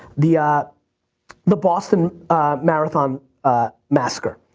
the ah the boston marathon massacre,